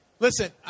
Listen